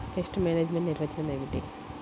Pest management నిర్వచనం ఏమిటి?